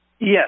Yes